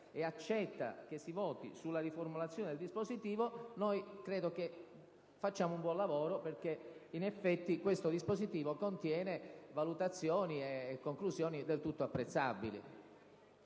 e accetta che si voti sulla riformulazione del dispositivo, credo che facciamo un buon lavoro, perché, in effetti, questo dispositivo contiene valutazioni e conclusioni del tutto apprezzabili.